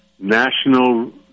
national